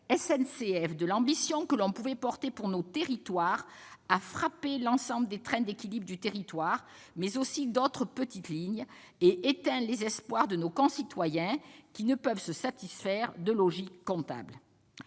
SNCF de l'ambition que l'on pouvait porter pour nos territoires a frappé l'ensemble des trains d'équilibre du territoire (TET), mais aussi d'autres petites lignes. Il a éteint les espoirs de nos concitoyens, qui ne peuvent se satisfaire de logiques comptables.